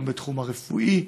גם בתחום הרפואי,